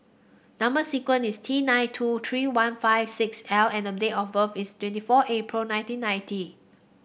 number sequence is T nine two three one five six L and date of birth is twenty four April nineteen ninety